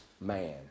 man